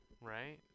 right